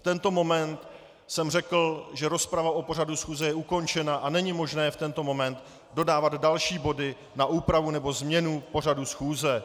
V tento moment jsem řekl, že rozprava o pořadu schůze je ukončena a není možné v tento moment dodávat další body na úpravu nebo změnu pořadu schůze.